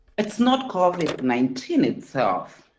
it's not covid nineteen itself